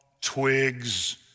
Twigs